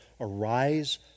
arise